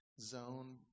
zone